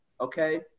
okay